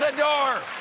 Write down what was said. ah door!